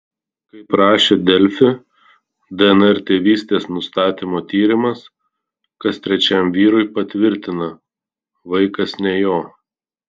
kaip rašė delfi dnr tėvystės nustatymo tyrimas kas trečiam vyrui patvirtina vaikas ne jo